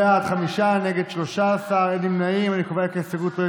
ואתה יודע את זה היטב.